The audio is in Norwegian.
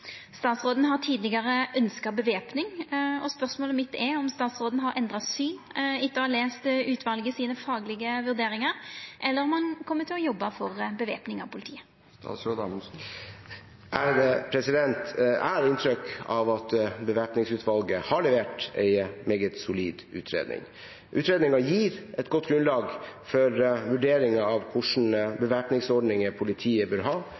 Statsråden har tidlegare ynskja bevæpning. Har statsråden endra syn etter å ha lese utvalet sine faglege vurderingar, eller vil han jobbe for bevæpning?» Jeg har inntrykk av at Bevæpningsutvalget har levert en meget solid utredning. Utredningen gir et godt grunnlag for vurderinger av hva slags bevæpningsordninger politiet bør ha